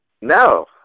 No